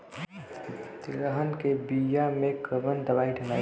तेलहन के बिया मे कवन दवाई डलाई?